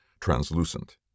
translucent